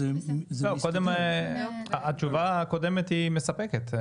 אז -- התשובה הקודמת מספקת.